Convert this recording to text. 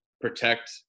protect